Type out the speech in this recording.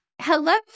Hello